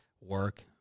work